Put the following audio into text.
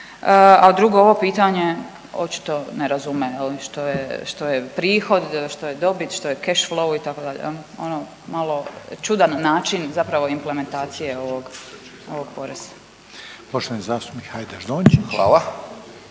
A drugo ovo pitanje očito ne razume je li što je, što je prihod, što je dobit, što je chach-lou itd. jel ono malo čudan način zapravo implementacije ovog, ovog poreza.